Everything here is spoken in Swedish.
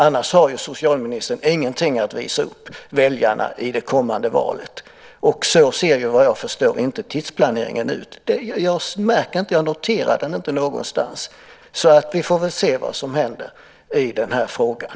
Annars har ju socialministern ingenting att visa upp för väljarna i det kommande valet. Men så ser, såvitt jag förstår, tidsplaneringen inte ut. Jag noterar inte detta någonstans, så vi får väl se vad som händer i den här frågan.